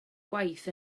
gwaith